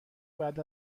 بعد